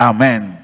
Amen